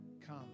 come